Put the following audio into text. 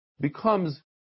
becomes